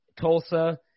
Tulsa